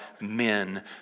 men